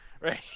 right